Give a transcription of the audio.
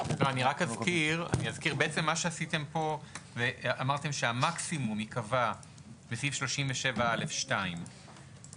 מה שעשיתם פה זה אמרתם שהמקסימום ייקבע בסעיף 37(א)(2).